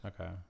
Okay